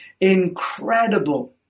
incredible